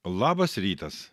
labas rytas